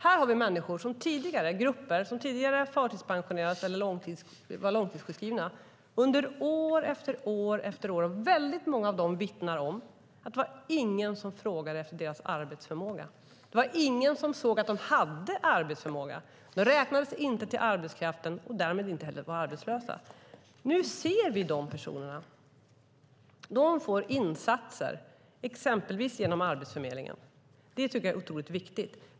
Här har vi människor eller grupper som tidigare var förtidspensionerade eller långtidssjukskrivna år efter år. Många av dem vittnar om att ingen frågade efter deras arbetsförmåga. Det var ingen som såg att de hade arbetsförmåga. De räknades inte till arbetskraften och var därmed heller inte arbetslösa. Nu ser vi de personerna. De får insatser, exempelvis genom Arbetsförmedlingen. Det tycker jag är otroligt viktigt.